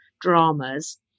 dramas